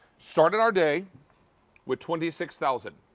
started our day with twenty six thousand.